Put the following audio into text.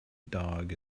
dog